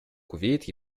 кувейт